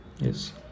Yes